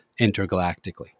intergalactically